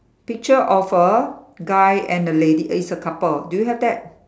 picture of a guy and a lady is a couple do you have that